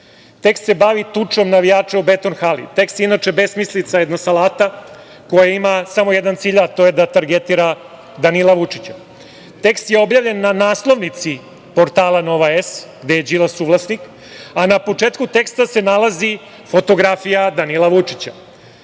se bavi tučom navijača u "Beton hali". Tekst je inače besmislica, jedna salata, koja ima samo jedan cilj, a to je da targetira Danila Vučića. Tekst je objavljen na naslovnici portala "Nova S", gde je Đilas suvlasnik, a na početku teksta se nalazi fotografija Danila Vučića.